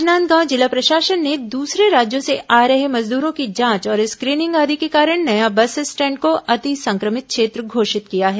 राजनांदगांव जिला प्रशासन ने दूसरे राज्यों से आ रहे मजदूरों की जांच और स्क्रीनिंग आदि के कारण नया बस स्टैंड को अति संक्रमित क्षेत्र घोषित किया है